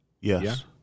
Yes